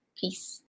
Peace